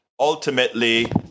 Ultimately